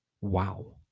wow